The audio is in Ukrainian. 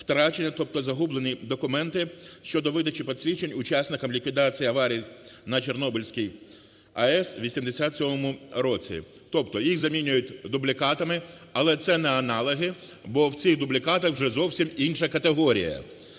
втрачені, тобто загублені документи щодо видачі посвідчень учасникам ліквідації аварій на Чорнобильській АЕС в 1987 році. Тобто їх замінюють дублікатами, але це не аналоги, бо в цих дублікатах вже зовсім інша категорія.